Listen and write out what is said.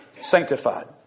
sanctified